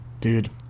Dude